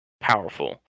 powerful